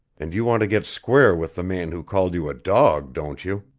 and you want to get square with the man who called you a dog, don't you?